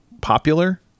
popular